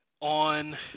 on